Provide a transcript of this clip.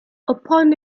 upon